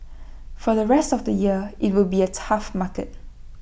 for the rest of the year IT will be A tough market